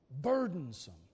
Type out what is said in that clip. Burdensome